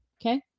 okay